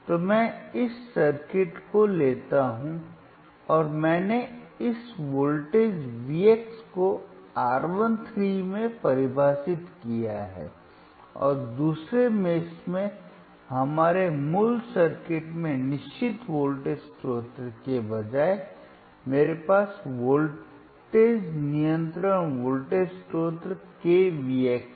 तो मैं इस सर्किट को लेता हूं और मैंने इस वोल्टेज Vx को R 1 3 में परिभाषित किया है और दूसरे मेष में हमारे मूल सर्किट में निश्चित वोल्टेज स्रोत के बजाय मेरे पास वोल्टेज नियंत्रण वोल्टेज स्रोत kVx है